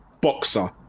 Boxer